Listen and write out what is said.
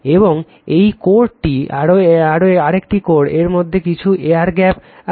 এবং এই কোরটি এটি আরেকটি কোর এর মধ্যে কিছু এয়ার গ্যাপ আছে